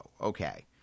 Okay